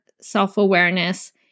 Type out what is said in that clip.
self-awareness